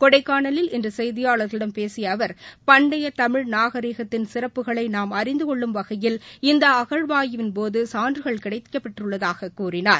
கொடைக்கானில் இன்றுசெய்தியாளர்களிடம் பேசியஅவர் பண்டைதமிழ் நாகரீகத்தின் வகையில் சிறப்புகளைநாம் அறிந்தகொள்ளும் இந்தஅகழாய்வின்போதுசான்றுகள் கிடைக்கப்பெற்றுள்ளதாககூறினார்